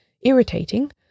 irritating